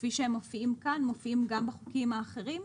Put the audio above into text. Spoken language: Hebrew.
כפי שהם מופיעים כאן מופיעים גם בחוקים האחרים?